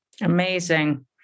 Amazing